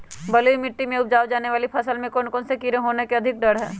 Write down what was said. बलुई मिट्टी में उपजाय जाने वाली फसल में कौन कौन से कीड़े होने के अधिक डर हैं?